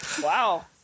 Wow